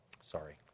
Sorry